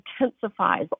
intensifies